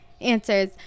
answers